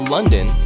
London